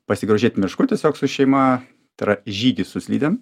pasigrožėt mišku tiesiog su šeima tai yra žygį su slidėm